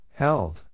held